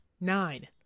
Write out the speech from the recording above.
nine